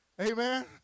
Amen